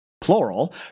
plural